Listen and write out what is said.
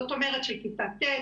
זאת אומרת של כיתה ט',